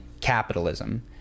capitalism